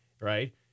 right